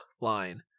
line